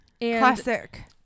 Classic